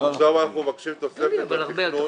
עכשיו אנחנו מבקשים תוספת לתכנון